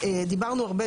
דיברנו הרבה,